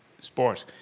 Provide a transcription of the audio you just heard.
sport